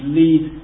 lead